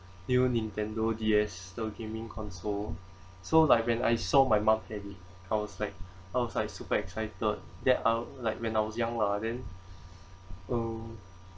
new nintendo D_S the gaming console so like when I saw my mom had it I was like I was like super excited then I like when I was young lah then uh